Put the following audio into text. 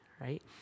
right